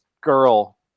girl